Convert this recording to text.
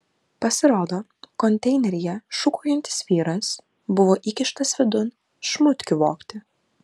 pasirodo konteineryje šūkaujantis vyras buvo įkištas vidun šmutkių vogti